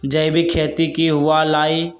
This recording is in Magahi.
जैविक खेती की हुआ लाई?